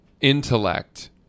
intellect